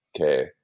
okay